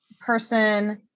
person